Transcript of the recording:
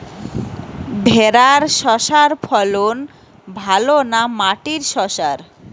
ভেরার শশার ফলন ভালো না মাটির শশার?